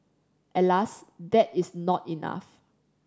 alas that is not enough